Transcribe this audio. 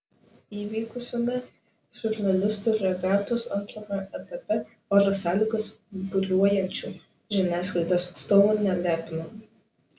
įvykusiame žurnalistų regatos antrame etape oro sąlygos buriuojančių žiniasklaidos atstovų nelepino